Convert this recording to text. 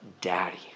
daddy